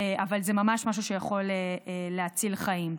אבל זה ממש משהו שיכול להציל חיים.